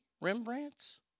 Rembrandts